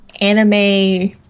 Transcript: anime